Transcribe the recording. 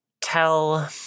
Tell